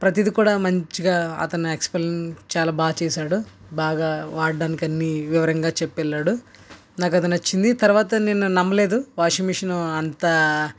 ప్రతిది కూడా మంచిగా అతను ఎక్స్ప్లెయిన్ చాలా బాగా చేశాడు బాగా వాడడానికి అన్ని వివరంగా చెప్పి వెళ్ళాడు నాకు అది నచ్చింది తర్వాత నేను నమ్మలేదు వాషింగ్ మిషన్ అంత